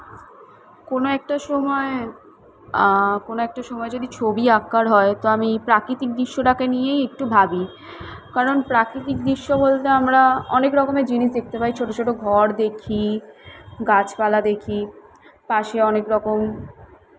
কোনো একটা সময় কোনো একটা সময় যদি ছবি আঁকার হয় তো আমি এই প্রাকৃতিক দৃশ্যটাকে নিয়েই একটু ভাবি কারণ প্রাকৃতিক দৃশ্য বলতে আমরা অনেক রকমের জিনিস দেখতে পাই ছোটো ছোটো ঘর দেখি গাছপালা দেখি পাশে অনেক রকম